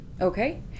Okay